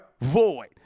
void